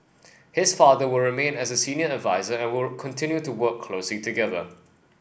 his father will remain as a senior adviser and will continue to work closely together